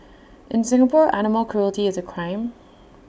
in Singapore animal cruelty is A crime